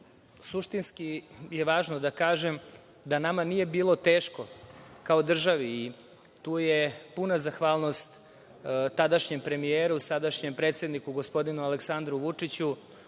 suštinski važno da kažem jeste da nama nije bilo teško kao državi i tu je puna zahvalnost tadašnjem premijeru, sadašnjem predsedniku gospodinu Aleksandru Vučiću,